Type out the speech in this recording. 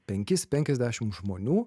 penkis penkiasdešim žmonių